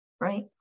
right